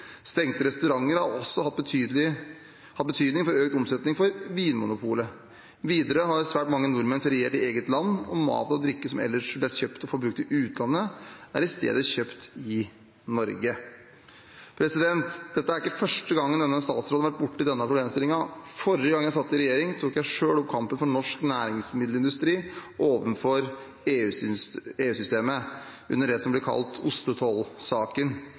Stengte restauranter har også hatt betydning for økt omsetning for Vinmonopolet. Videre har svært mange nordmenn feriert i eget land, og mat og drikke som ellers ville vært kjøpt og forbrukt i utlandet, er i stedet kjøpt i Norge. Dette er ikke første gangen jeg som statsråd har vært borti denne problemstillingen. Forrige gang jeg satt i regjering, tok jeg selv opp kampen for norsk næringsmiddelindustri overfor EU-systemet under det som ble kalt ostetollsaken.